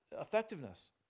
effectiveness